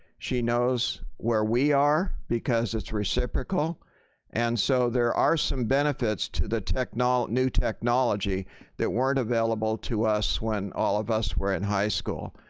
she knows where we are because it's reciprocal and so there are some benefits to the new technology that weren't available to us when all of us were in high school.